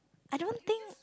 I don't think